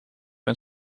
een